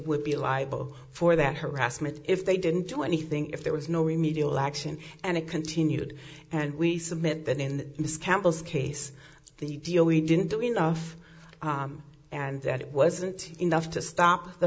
would be liable for that harassment if they didn't do anything if there was no immediate action and it continued and we submit that in this campus case the deal we didn't do enough and that it wasn't enough to stop the